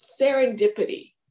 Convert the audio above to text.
serendipity